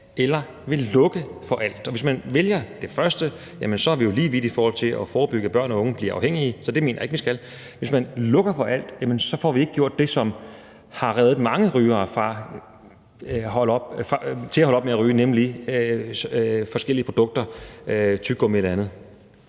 eller man vil lukke for alt. Og hvis man vælger det første, er vi jo lige vidt i forhold til at forebygge, at børn og unge bliver afhængige, så det mener jeg ikke at vi skal, og hvis man lukker for alt, har vi ikke det, som har reddet mange rygere og fået dem til at holde op med at ryge, nemlig forskellige produkter som tyggegummi eller andet.